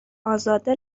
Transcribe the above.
ازاده